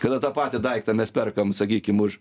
kada tą patį daiktą mes perkam sakykim už